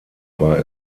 war